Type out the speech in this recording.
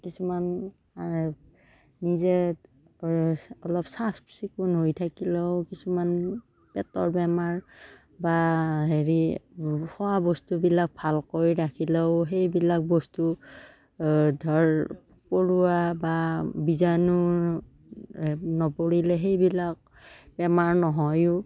কিছুমান নিজে অলপ চাফ চিকুণ হৈ থাকিলেও কিছুমান পেটৰ বেমাৰ বা হেৰি খোৱা বস্তুবিলাক ভালকৈ ৰাখিলেও সেইবিলাক বস্তু ধৰ পৰুৱা বা বীজাণুৰ নপৰিলে সেইবিলাক বেমাৰ নহয়ো